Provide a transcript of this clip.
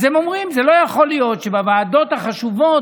הם אומרים שלא יכול להיות שבוועדות החשובות